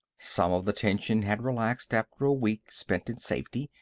some of the tension had relaxed after a week spent in safety,